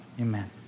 Amen